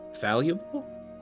valuable